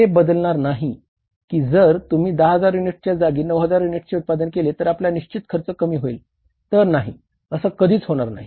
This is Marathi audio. हे बदलणार नाही की जर तुम्ही 10 हजार युनिट्सच्या जागी 9 हजार युनिट्सचे उत्पादन केले तर आपला निश्चित खर्च कमी होईल तर नाही असं कधीच होणार नाही